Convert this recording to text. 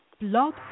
Blog